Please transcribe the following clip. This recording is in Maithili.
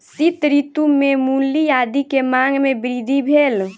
शीत ऋतू में मूली आदी के मांग में वृद्धि भेल